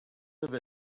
live